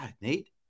Nate